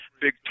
big